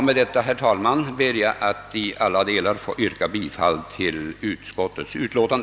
Med detta ber jag, herr talman, att i alla delar få yrka bifall till utskottets förslag.